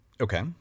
Okay